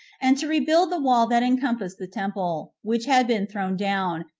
and to rebuild the wall that encompassed the temple, which had been thrown down,